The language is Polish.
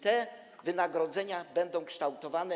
Te wynagrodzenia będą tak kształtowane.